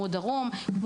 דרום,